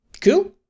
Cool